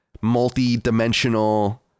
multi-dimensional